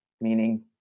meaning